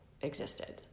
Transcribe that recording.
existed